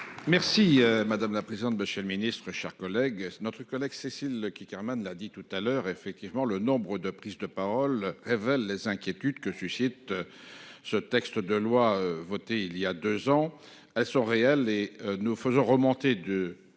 Merci madame la présidente, monsieur le ministre, chers collègues. Notre collègue Cécile qui Hermann l'a dit tout à l'heure effectivement le nombre de prises de parole révèle les inquiétudes que suscite. Ce texte de loi votée il y a 2 ans, elles sont réelles et nous faisons remonter de